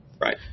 Right